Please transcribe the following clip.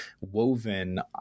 woven